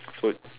so it